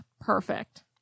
perfect